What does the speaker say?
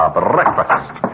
breakfast